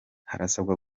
harasabwa